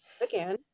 Again